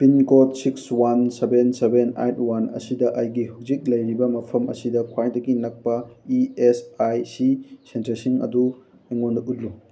pin ꯀꯣꯗ six one seven seven eight one ꯑꯁꯤꯗ ꯑꯩꯒꯤ ꯍꯧꯖꯤꯛ ꯂꯩꯔꯤꯕ ꯃꯐꯝ ꯑꯁꯤꯗ ꯈ꯭ꯋꯥꯏꯗꯒꯤ ꯅꯛꯄ ꯏ ꯑꯦꯁ ꯑꯥꯏ ꯁꯤ ꯁꯦꯟꯇꯔꯁꯤꯡ ꯑꯗꯨ ꯑꯩꯉꯣꯟꯗ ꯎꯠꯂꯨ